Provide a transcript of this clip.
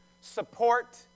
support